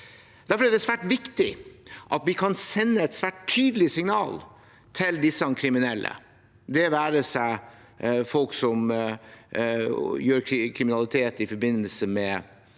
Derfor er det svært viktig at vi kan sende et svært tydelig signal til disse kriminelle – det være seg folk som utøver kriminalitet i forbindelse med